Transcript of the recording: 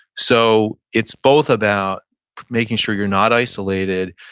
so it's both about making sure you're not isolated,